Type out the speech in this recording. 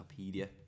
Wikipedia